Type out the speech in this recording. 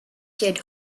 kid